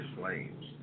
flames